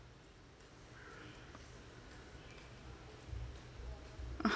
uh